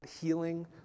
healing